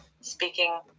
speaking